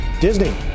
disney